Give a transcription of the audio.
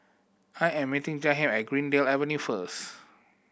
I am meeting Jahiem at Greendale Avenue first